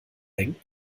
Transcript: hängen